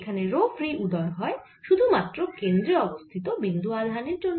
এখানে রো ফ্রী উদয় হয় শুধু মাত্র কেন্দ্রে অবস্থিত বিন্দু আধানের জন্য